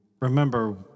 remember